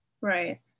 right